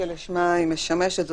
היא משמשת.